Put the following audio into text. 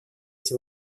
эти